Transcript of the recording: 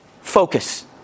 Focus